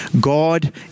God